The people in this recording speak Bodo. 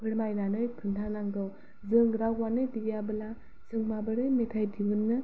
फोरमायनानै खोन्था नांगौ जों रावआनो गैयाबोला जों माबोरै मेथाइ दिहुननो